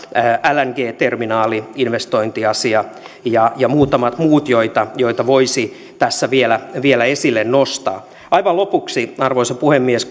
lng terminaali investointiasia ja ja muutamat muut joita joita voisi tässä vielä vielä esille nostaa aivan lopuksi arvoisa puhemies